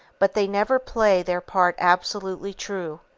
but they never play their part absolutely true,